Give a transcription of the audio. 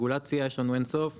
יש אינסוף רגולציה,